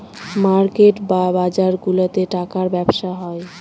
market বা বাজারগুলাতে টাকার ব্যবসা হয়